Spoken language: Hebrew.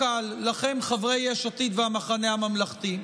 לכם, חברי יש עתיד והמחנה הממלכתי,